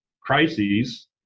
crises